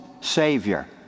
savior